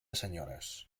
senyores